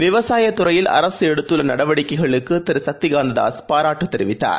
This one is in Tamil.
விவசாயத் துறையில் அரசு எடுத்துள்ள நடவடிக்கைகளுக்கு திரு சக்தி காந்ததாஸ் பாராட்டு தெரிவித்தார்